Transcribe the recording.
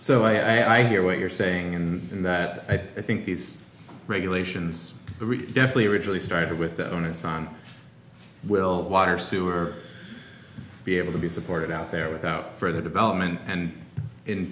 so i hear what you're saying and that i think these regulations really deftly originally started with the onus on will water sewer be able to be supported out there without further development and in